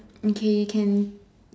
okay can